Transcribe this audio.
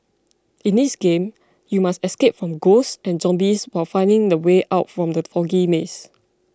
in this game you must escape from ghosts and zombies while finding the way out from the foggy maze